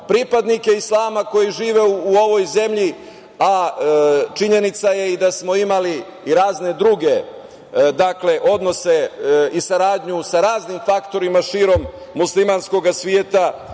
pripadnike Islama koji žive u ovoj zemlji, a činjenica je da smo imali i razne druge odnose i saradnju sa raznim faktorima širom muslimanskog sveta.